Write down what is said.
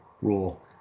rule